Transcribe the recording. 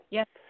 Yes